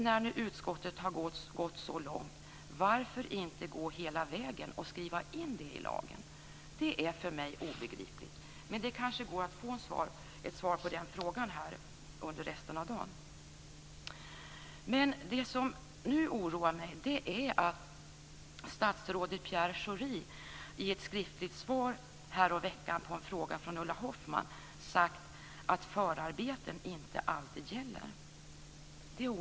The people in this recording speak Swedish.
När nu utskottet har gått så långt - varför inte gå hela vägen och skriva in detta i lagen? Det är för mig obegripligt. Men det kanske går att få ett svar på den frågan här under resten av dagen. Det som nu oroar mig är att statsrådet Pierre Schori i ett skriftligt svar härom veckan på en fråga från Ulla Hoffmann har sagt att förarbeten inte alltid gäller.